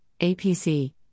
APC